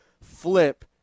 flip